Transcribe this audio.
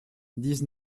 dix